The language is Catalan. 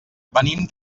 venim